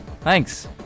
Thanks